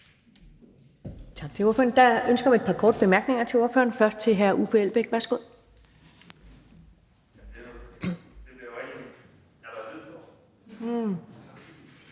et par ønsker om korte bemærkninger til ordføreren. Først er det hr. Uffe Elbæk. Værsgo.